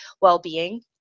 well-being